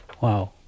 Wow